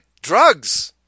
Drugs